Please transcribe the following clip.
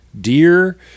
deer